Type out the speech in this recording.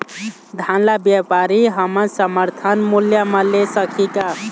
धान ला व्यापारी हमन समर्थन मूल्य म ले सकही का?